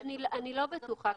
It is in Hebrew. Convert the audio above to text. --- אני לא בטוחה.